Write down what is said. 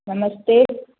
नमस्ते